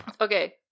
Okay